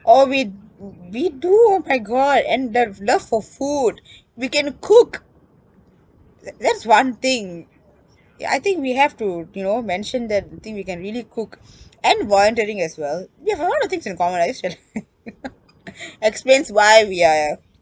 oh we we do oh my god and the love for food we can cook that's one thing ya I think we have to you know mention that we think we can really cook and volunteering as well ya a lot of things in common I just realise explains why we are